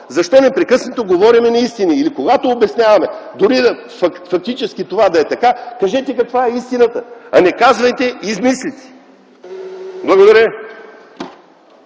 Защо непрекъснато говорим неистини? Или когато обясняваме, дори фактически това да е така, кажете каква е истината, а не казвайте измислици. Благодаря